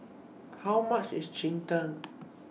How much IS Cheng Tng